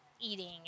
eating